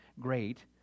great